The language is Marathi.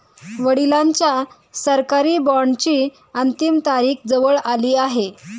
वडिलांच्या सरकारी बॉण्डची अंतिम तारीख जवळ आली आहे